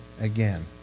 again